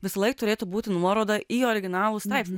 visąlaik turėtų būti nuoroda į originalų straipsnį